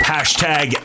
Hashtag